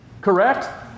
Correct